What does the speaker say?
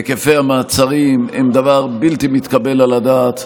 היקפי המעצרים הם דבר בלתי מתקבל על הדעת.